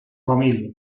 familia